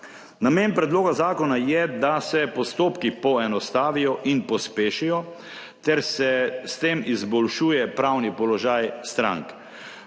Namen predloga zakona je, da se postopki poenostavijo in pospešijo ter se s tem izboljšuje pravni položaj strank.